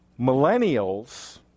Millennials